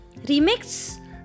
Remix